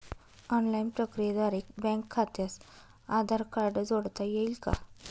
Online प्रक्रियेद्वारे bank खात्यास Aadhaar card जोडता येईल का?